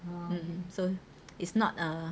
um so it's not a